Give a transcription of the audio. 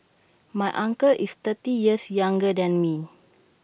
my uncle is thirty years younger than me